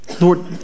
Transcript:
Lord